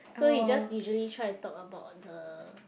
so he just usually try to talk about the